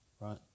right